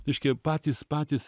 reiškia patys patys